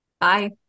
Bye